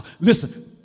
Listen